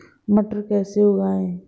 मटर कैसे उगाएं?